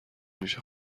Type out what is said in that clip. میشه